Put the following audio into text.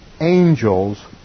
angels